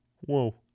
Whoa